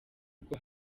rwo